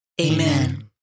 Amen